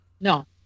No